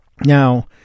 Now